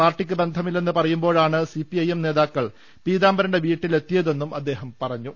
പാർട്ടിക്ക് ബന്ധമില്ലെന്ന് പറയുമ്പോഴാണ് സി പി ഐ എം നേതാക്കൾ പീതാംബരന്റെ വീട്ടിൽ എത്തിയതെന്നും അദ്ദേഹം പറഞ്ഞു